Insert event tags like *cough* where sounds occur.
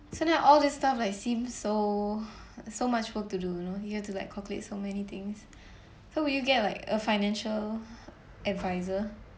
so then all this stuff like seem so *breath* so much work to do you know you have to like calculate so many things so would you get like a financial adviser